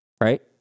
Right